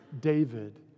David